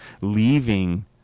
Leaving